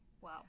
Wow